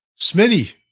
Smitty